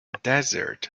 desert